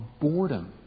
boredom